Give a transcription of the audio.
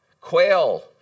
quail